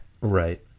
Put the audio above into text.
right